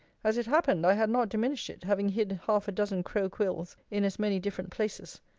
as it happened, i had not diminished it, having hid half a dozen crow quills in as many different places.